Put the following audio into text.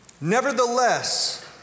Nevertheless